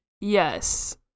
Yes